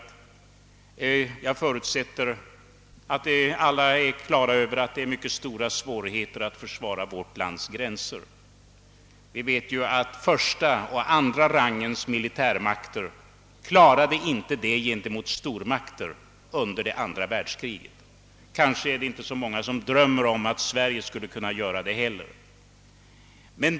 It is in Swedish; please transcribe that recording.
Jag förutsätter att alla är på det klara med att det är mycket svårt att försvara vårt lands gränser. Vi vet att första och andra rangens militärmakter inte klarade ett sådant försvar vid anfall från stormakter under andra världskriget. Kanske är det inte så många som drömmer om att Sverige skulle kunna göra det heller.